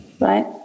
right